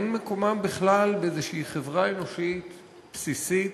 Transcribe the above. אין מקומם בכלל באיזושהי חברה אנושית בסיסית,